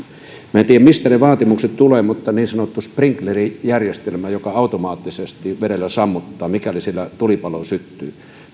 mistä ne vaatimukset tulevat niin sanottu sprinklerijärjestelmä joka automaattisesti vedellä sammuttaa mikäli siellä tulipalo syttyy